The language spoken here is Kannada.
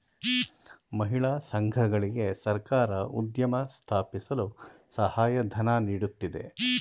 ಮಹಿಳಾ ಸಂಘಗಳಿಗೆ ಸರ್ಕಾರ ಉದ್ಯಮ ಸ್ಥಾಪಿಸಲು ಸಹಾಯಧನ ನೀಡುತ್ತಿದೆ